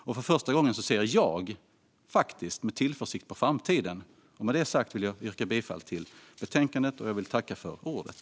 Och för första gången ser jag faktiskt med tillförsikt på framtiden. Med detta sagt yrkar jag bifall till utskottets förslag i betänkandet.